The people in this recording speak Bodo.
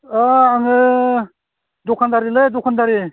आङो दखानदारिलै दखानदारि